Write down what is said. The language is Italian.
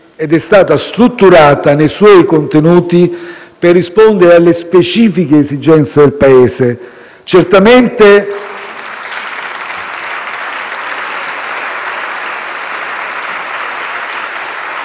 ed è stata strutturata nei suoi contenuti per rispondere alle specifiche esigenze del Paese *(Applausi